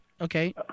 Okay